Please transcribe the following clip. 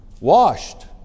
Washed